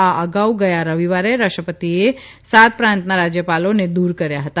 આ અગાઉ ગયા રવિવારે રાષ્ટ્રપતિએ સાતપ્રાંતના રાજયપાલોને દૂર કર્યા હતા